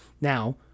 Now